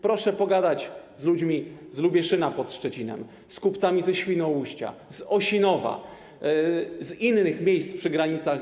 Proszę pogadać z ludźmi z Lubieszyna pod Szczecinem, z kupcami ze Świnoujścia, z Osinowa, z innych miejsc przy granicach.